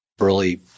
early